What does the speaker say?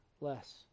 less